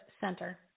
Center